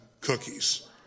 cookies